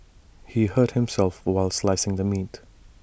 he hurt himself while slicing the meat